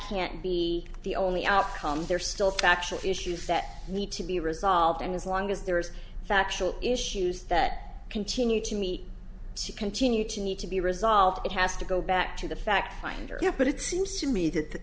can't be the only outcome there are still factual issues that need to be resolved and as long as there is factual issues that continue to me to continue to need to be resolved it has to go back to the fact finder but it seems to me that